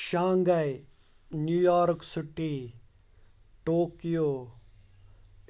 Shanghai New York city Tokyo